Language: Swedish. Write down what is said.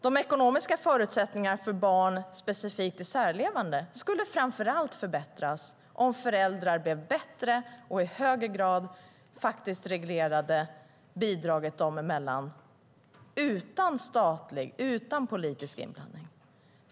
De ekonomiska förutsättningarna för specifikt barn till särlevande skulle framför allt förbättras om föräldrar blev bättre och i högre grad reglerade bidraget dem emellan utan statlig och politisk inblandning.